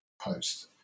post